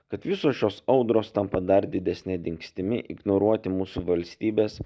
kad visos šios audros tampa dar didesne dingstimi ignoruoti mūsų valstybės